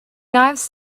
knives